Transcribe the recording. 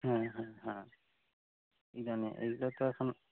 হ্যাঁ হ্যাঁ হ্যাঁ কি জানে এইগুলো তো এখন